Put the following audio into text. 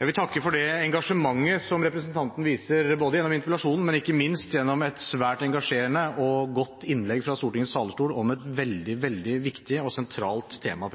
Jeg vil takke for det engasjementet som representanten viser både gjennom interpellasjonen og ikke minst gjennom et svært engasjerende og godt innlegg fra Stortingets talerstol om et veldig, veldig viktig og sentralt tema.